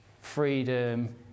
freedom